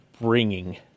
bringing